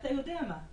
לאתה יודע מה,